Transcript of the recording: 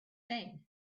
thing